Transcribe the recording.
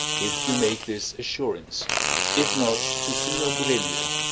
if you make this assurance if not, to signior gremio.